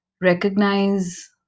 Recognize